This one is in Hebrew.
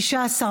התשע"ח 2018,